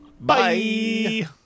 Bye